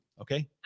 okay